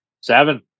Seven